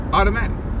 automatic